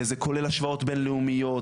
זה כולל השוואות בינלאומיות,